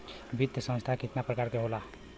वित्तीय संस्था कितना प्रकार क होला?